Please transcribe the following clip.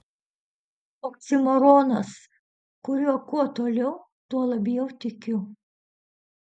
oksimoronas kuriuo kuo toliau tuo labiau tikiu